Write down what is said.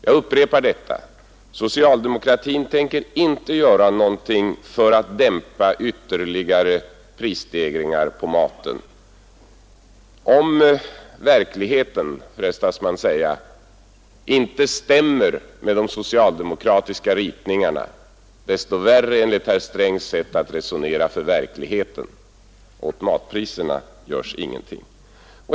Jag upprepar detta: Socialdemokratin tänker inte göra någonting för att dämpa ytterligare prisstegringar på maten. Om verkligheten, frestas man säga, inte stämmer med de socialdemokratiska ritningarna, desto värre för verkligheten, enligt herr Strängs sätt att resonera. Åt matpriserna görs ingenting.